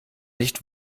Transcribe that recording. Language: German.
nicht